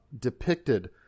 depicted